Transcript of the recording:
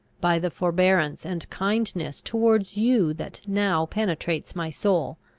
by the forbearance and kindness towards you that now penetrates my soul,